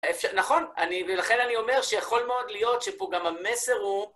נכון, ולכן אני אומר שיכול מאוד להיות שפה גם המסר הוא...